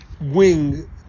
wing